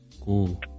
Cool